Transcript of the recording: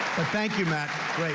thank you, matt.